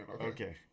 okay